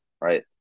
right